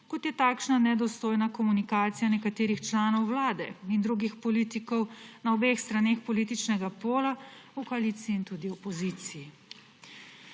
kot je takšna nedostojna komunikacija nekaterih članov vlade in drugih politikov na obeh straneh političnega pola, v koaliciji in tudi v opoziciji.